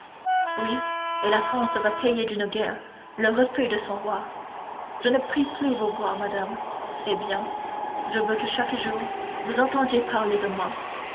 oui et la france va payer d'une guerre le refus de son roi je ne puis plus vous voir madame eh bien je veux chaque jour que vous entendiez parler de moi